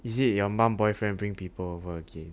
is it your mum boyfriend bring people over again